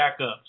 backups